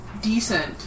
decent